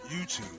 YouTube